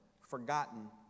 forgotten